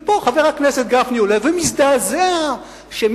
ופה חבר הכנסת גפני עולה ומזדעזע כשמישהו